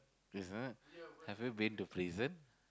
is it have you been to prison